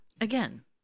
Again